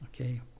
Okay